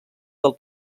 del